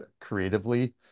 creatively